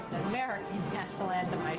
american national anthem, i